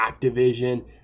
Activision